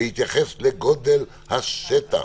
בהתייחס לגודל השטח.